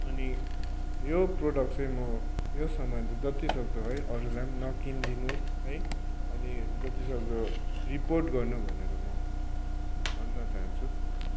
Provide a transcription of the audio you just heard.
अनि यो प्रडक्ट चाहिँ म यो सामान चाहिँ जतिसक्दो है अरूलाई पनि नकिनिदिनु है अनि जतिसक्दो रिपोर्ट गर्नु भनेर म भन्न चाहन्छु